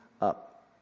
up